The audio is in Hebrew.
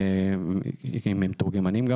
עם מתורגמנים.